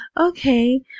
okay